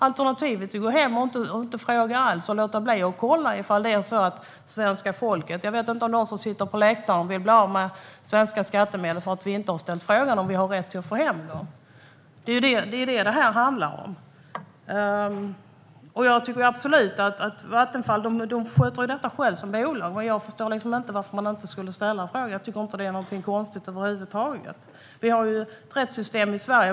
Alternativet är att gå hem och att inte fråga alls. Jag vet inte om de som sitter på läktaren vill bli av med svenska skattemedel för att vi inte har ställt frågan om vi har rätt att få hem dem. Det är det som detta handlar om. Vattenfall sköter detta självt som bolag. Jag förstår liksom inte varför man inte skulle ställa frågan. Jag tycker inte att det är någonting konstigt över huvud taget. Vi har ju ett rättssystem i Sverige.